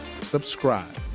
subscribe